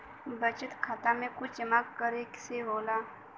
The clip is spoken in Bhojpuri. बचत खाता मे कुछ जमा करे से होला?